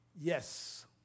Yes